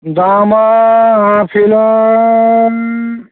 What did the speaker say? दामा आफेला